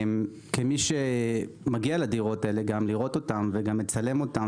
כמי שמגיע לדירות האלה כדי לראות אותן וגם מצלם אותן